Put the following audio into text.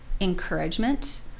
encouragement